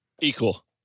Equal